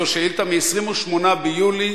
זאת שאילתא מ-28 ביולי